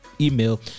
email